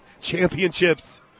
championships